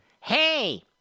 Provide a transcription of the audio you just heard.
Hey